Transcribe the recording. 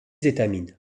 étamines